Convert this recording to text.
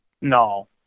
no